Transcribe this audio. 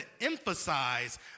emphasize